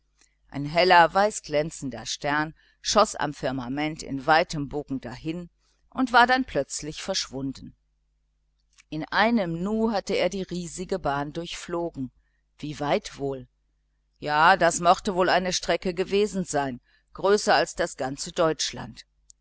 ein heller weißglänzender stern schoß am firmament in weitem bogen dahin und war dann plötzlich verschwunden in einem nu hatte er die riesige bahn durchflogen wie weit wohl ja das mochte wohl eine strecke gewesen sein größer als das ganze